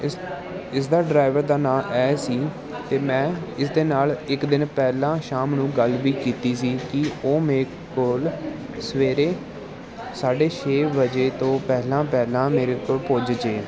ਇਸ ਇਸ ਦਾ ਡਰਾਈਵਰ ਦਾ ਨਾਮ ਐਹ ਸੀ ਅਤੇ ਮੈਂ ਇਸ ਦੇ ਨਾਲ ਇੱਕ ਦਿਨ ਪਹਿਲਾਂ ਸ਼ਾਮ ਨੂੰ ਗੱਲ ਵੀ ਕੀਤੀ ਸੀ ਕਿ ਉਹ ਮੇਕੇ ਕੋਲ ਸਵੇਰੇ ਸਾਢੇ ਛੇ ਵਜੇ ਤੋਂ ਪਹਿਲਾਂ ਪਹਿਲਾਂ ਮੇਰੇ ਕੋਲ ਪੁੱਜ ਜਾਵੇ